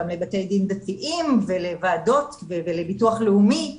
גם לבתי דין דתיים ולועדות ולביטוח לאומי,